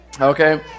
Okay